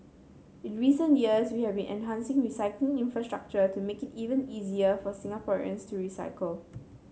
in recent years we have been enhancing recycling infrastructure to make it even easier for Singaporeans to recycle